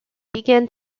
began